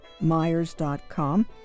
myers.com